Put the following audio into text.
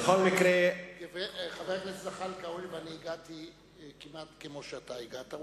הואיל ואני הגעתי כמעט כמו שאתה הגעת,